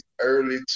early